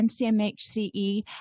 ncmhce